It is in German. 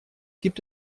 gibt